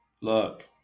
Look